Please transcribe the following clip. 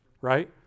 right